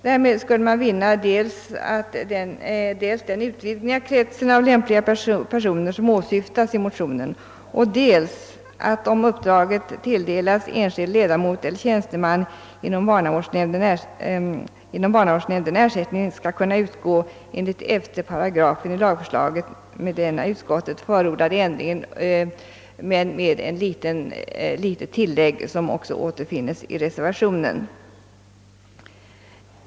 Därmed skulle man vinna dels den utvidgning av kretsen av lämpliga personer, som åsyftas i motionen, dels att, om uppdraget lämnas till enskild ledamot eller tjänsteman inom barnavårdsnämnden, ersättningen skall kunna utgå enligt 11 § i lagförslaget med den av utskottsmajoriteten förordade ändringen, dock med ett litet tillägg som också finns i reservationen.